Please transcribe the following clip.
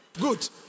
Good